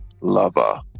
lover